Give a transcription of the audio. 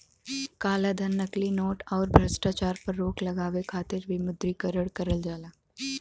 कालाधन, नकली नोट, आउर भ्रष्टाचार पर रोक लगावे खातिर विमुद्रीकरण करल जाला